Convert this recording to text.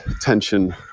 tension